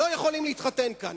לא יכולים להתחתן כאן?